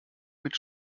mit